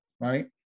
right